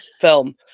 film